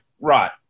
right